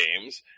games